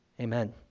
Amen